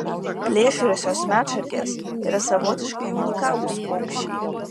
plėšriosios medšarkės yra savotiškai unikalūs paukščiai